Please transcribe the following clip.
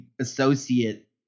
associate